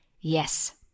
yes